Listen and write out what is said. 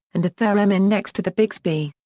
and a theremin next to the bigsby.